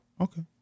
Okay